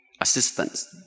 assistance